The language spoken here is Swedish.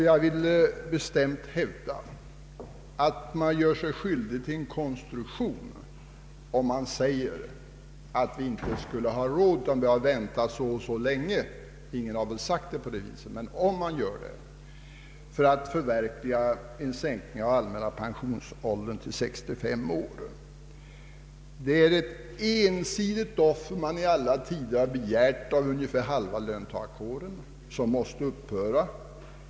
Jag vill bestämt hävda att man gör sig skyldig till en konstruktion om man säger att vi inte skulle ha råd utan att vi måste vänta så och så länge — ingen har väl sagt det, men om man gör det — att förverkliga en sänkning av allmänna pensionsåldern till 65 år. Det ensidiga offer man i alla tider begärt av ungefär halva löntagarkåren måste upphöra.